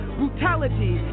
brutality